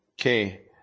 Okay